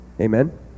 Amen